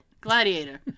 Gladiator